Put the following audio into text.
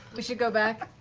we should go back.